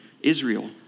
Israel